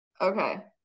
Okay